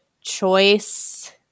choice